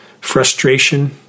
frustration